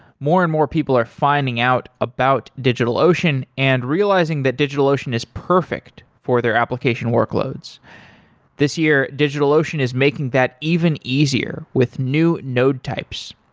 more and more, people are finding out about digitalocean and realizing that digitalocean is perfect for their application workloads this year, digitalocean is making that even easier with new node types.